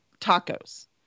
tacos